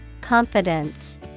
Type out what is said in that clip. Confidence